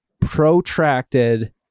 protracted